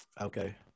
Okay